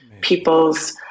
people's